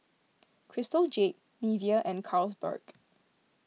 Crystal Jade Nivea and Carlsberg